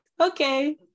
okay